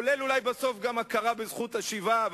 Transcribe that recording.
בכלל זה אולי בסוף הכרה בזכות השיבה.